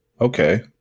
Okay